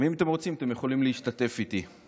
ואם אתם רוצים אתם יכולים להשתתף איתי.